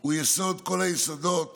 הוא יסוד כל היסודות